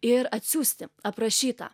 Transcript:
ir atsiųsti aprašytą